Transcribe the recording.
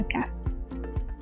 podcast